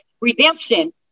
redemption